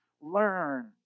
learn